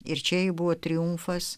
ir čia buvo triumfas